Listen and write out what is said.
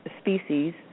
species